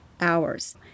hours